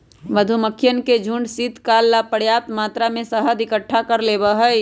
मधुमक्खियन के झुंड शीतकाल ला पर्याप्त मात्रा में शहद इकट्ठा कर लेबा हई